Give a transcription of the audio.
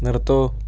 നിർത്തൂ